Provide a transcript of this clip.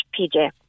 PJ